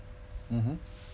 mmhmm